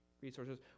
resources